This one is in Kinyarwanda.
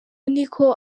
niko